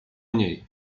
niej